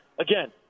again